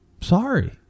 Sorry